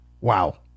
Wow